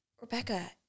Rebecca